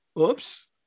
oops